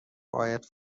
باید